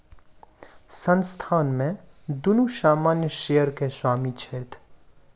संस्थान में दुनू सामान्य शेयर के स्वामी छथि